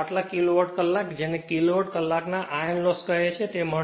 આટલો કિલોવોટ કલાક કે જેને કિલોવોટ કલાકના આયર્ન લોસ કહે છે તે મળશે